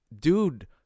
Dude